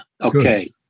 okay